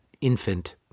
infant